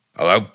Hello